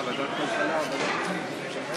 ההצעה להעביר את הצעת חוק תאגידי מים וביוב (תיקון,